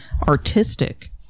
artistic